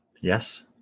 Yes